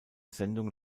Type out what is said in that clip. sendung